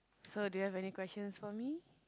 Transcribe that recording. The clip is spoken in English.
so do you have any questions for me